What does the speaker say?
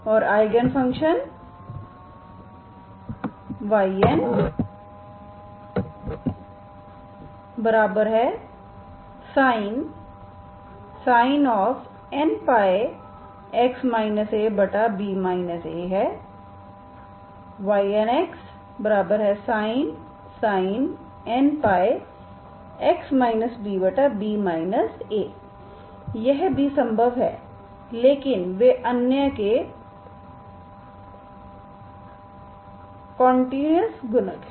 और eigen function Ynxsin nπx ab a हैं Ynxsin nπx bb a यह भी संभव है लेकिन वे अन्य के कंटीन्यूअस गुणक हैं